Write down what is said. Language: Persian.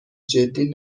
جدی